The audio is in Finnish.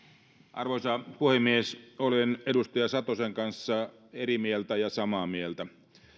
arvoisa puhemies olen edustaja satosen kanssa eri mieltä ja samaa mieltä